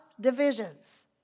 divisions